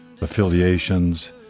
affiliations